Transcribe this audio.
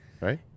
right